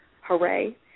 hooray